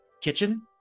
kitchen